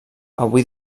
avui